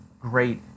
great